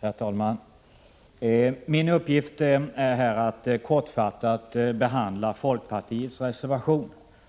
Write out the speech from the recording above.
Herr talman! Min uppgift är att här kortfattat behandla folkpartiets reservation